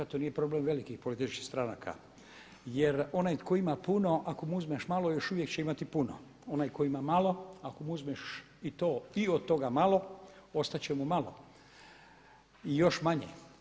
To nije problem velikih političkih stranaka jer onaj tko ima puno ako mu uzmeš malo još uvijek će imati puno, a onaj tko ima malo ako mu uzmeš i od toga malo ostat će mu malo i još manje.